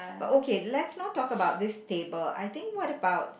but okay let's not talk about this table I think what about